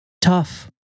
tough